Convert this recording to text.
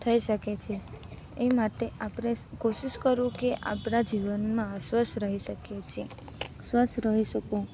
થઈ શકે છે એ માટે આપણે કોશિશ કરું કે આપણાં જીવનમાં સ્વસ્થ રહી શકીએ છીએ સ્વસ્થ રહી શકવું